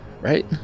right